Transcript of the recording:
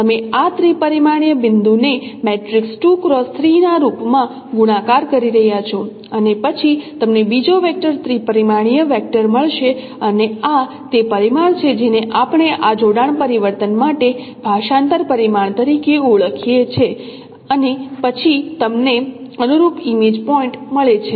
તમે આ ત્રિ પરિમાણીય બિંદુને મેટ્રિક્સ ના રૂપમાં ગુણાકાર કરી રહ્યાં છો અને પછી તમને બીજો વેક્ટર ત્રિ પરિમાણીય વેક્ટર મળશે અને આ તે પરિમાણ છે જેને આપણે આ જોડાણ પરિવર્તન માટે ભાષાંતર પરિમાણ તરીકે ઓળખીએ છે અને પછી તમને અનુરૂપ ઇમેજ પોઇન્ટ મળે છે